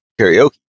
karaoke